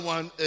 One